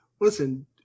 listen